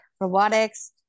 robotics